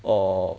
or